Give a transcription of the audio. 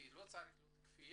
כי לא צריך להיות כפייה.